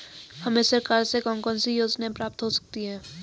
हमें सरकार से कौन कौनसी योजनाएँ प्राप्त हो सकती हैं?